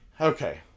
Okay